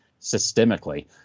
systemically